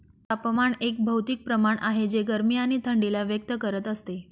तापमान एक भौतिक प्रमाण आहे जे गरमी आणि थंडी ला व्यक्त करत असते